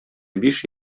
биш